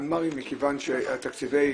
המנמ"רים מכיוון שתקציבי